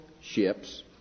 ships